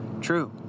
True